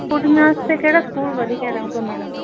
ਕੁੜੀਆਂ ਵਾਸਤੇ ਕਿਹੜਾ ਸਕੂਲ ਵਧੀਆ ਰਹੇਗਾ ਮੈਡਮ